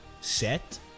set